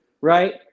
Right